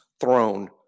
throne